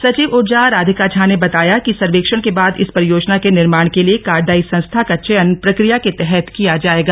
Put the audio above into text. सचिव ऊर्जा राँधिका झा ने बताया कि सर्वेक्षण के बाद इस परियोजना के निर्माण के लिए कार्यदायी संस्था का चयन प्रक्रिया के तहत किया जाएगा